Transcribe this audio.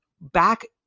back